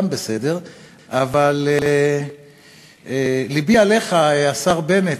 אבל לבי עליך, השר בנט,